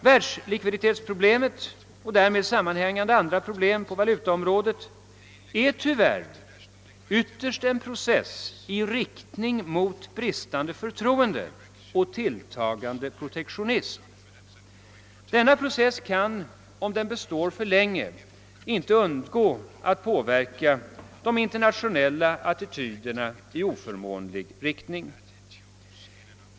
Världslikviditetsproblemet och därmed sammanhängande problem på valutaområdet är tyvärr ytterst en process i riktning mot ett bristande förtroende och en tilltagande protektionism. Denna process kan, om den består för länge, inte undgå att påverka de internationella altityderna i oförmånlig riktning.